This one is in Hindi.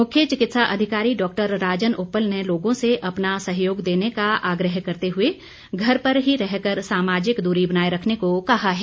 मुख्य चिकित्सा अधिकारी डॉ राजन उप्पल ने लोगों से अपना सहयोग देने का आग्रह करते हुए घर पर ही रहकर सामाजिक दूरी बनाए रखने को कहा है